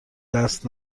دست